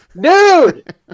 Dude